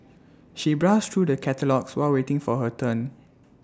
she browsed through the catalogues while waiting for her turn